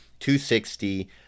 260